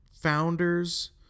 founders